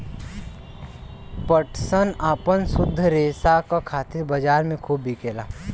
पटसन आपन शुद्ध रेसा क खातिर बजार में खूब बिकेला